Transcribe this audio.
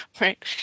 Right